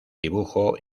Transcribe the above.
dibujo